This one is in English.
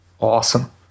Awesome